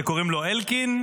שקוראים לו אלקין,